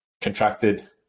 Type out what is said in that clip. contracted